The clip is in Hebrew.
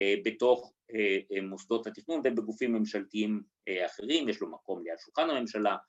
‫בתוך מוסדות התכנון ‫ובגופים ממשלתיים אחרים. ‫יש לו מקום ליד שולחן הממשלה.